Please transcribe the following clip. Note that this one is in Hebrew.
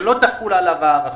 שלא תחול עליו הארכה?